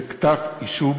זה כתב אישום